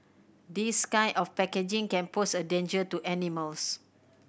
this kind of packaging can pose a danger to animals